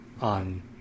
On